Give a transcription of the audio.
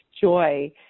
joy